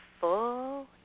full